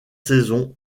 saisons